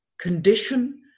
condition